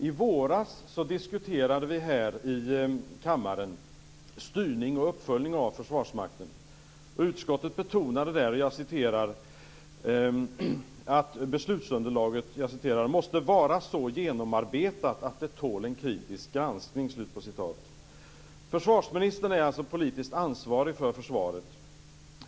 I våras diskuterade vi här i kammaren styrning och uppföljning av Försvarsmakten. Utskottet betonade där att beslutsunderlaget "- måste vara så genomarbetat att det tål en kritisk granskning." Försvarsministern är alltså politiskt ansvarig för försvaret.